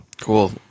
Cool